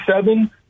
seven